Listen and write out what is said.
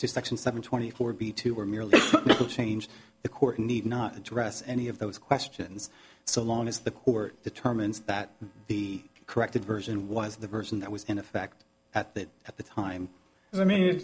section seven twenty four b two were merely to change the court need not address any of those questions so long as the court determines that the corrected version was the version that was in effect at that at the time i mean